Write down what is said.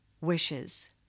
wishes